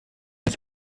das